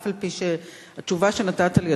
אף-על-פי שהתשובה שנתת לי,